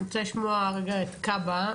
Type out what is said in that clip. אני רוצה לשמוע את כב"ה.